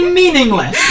meaningless